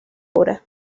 obra